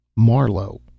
Marlow